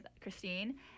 Christine